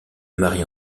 marie